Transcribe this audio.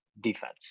defense